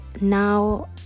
Now